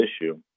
issue